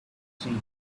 casino